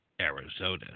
Arizona